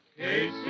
Casey